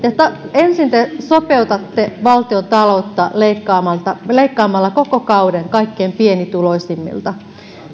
ensin te sopeutatte valtiontaloutta leikkaamalla koko kauden kaikkein pienituloisimmilta